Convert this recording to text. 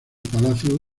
palacio